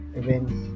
events